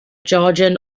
georgian